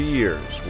years